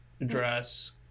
address